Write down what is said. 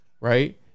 right